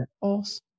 awesome